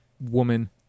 woman